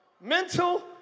Mental